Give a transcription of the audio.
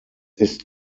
ist